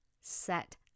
set